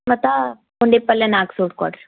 ಮತ್ತು ಪುಂಡಿಪಲ್ಯ ನಾಲ್ಕು ಸೂಡ್ ಕೊಡ್ರಿ